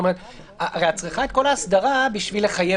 הרי את צריכה את כל האסדרה בשביל לחייב